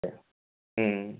సరే